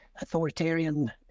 authoritarian